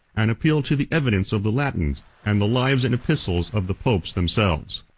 and appeal to the evidence of the latins, and the lives and epistles of the popes themselves.